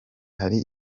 hari